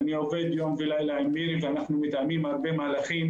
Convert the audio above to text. אני עובד יום וליל עם מירי ואנחנו מתאמים הרבה מהלכים,